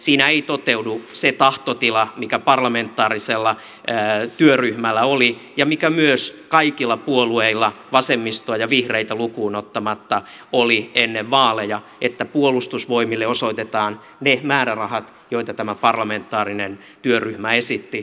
siinä ei toteudu se tahtotila mikä parlamentaarisella työryhmällä oli ja mikä myös kaikilla puolueilla vasemmistoa ja vihreitä lukuun ottamatta oli ennen vaaleja että puolustusvoimille osoitetaan ne määrärahat joita tämä parlamentaarinen työryhmä esitti